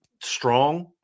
strong